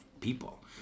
people